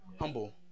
humble